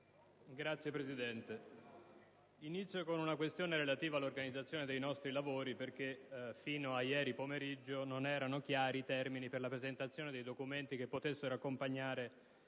Signor Presidente, inizio con una questione relativa all'organizzazione dei nostri lavori: fino a ieri pomeriggio non erano chiari i termini per la presentazione di documenti che potessero accompagnare